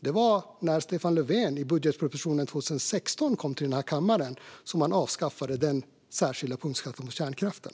Det var när Stefan Löfven i samband med budgetpropositionen 2016 kom till den här kammaren som man avskaffade den särskilda punktskatten för kärnkraften.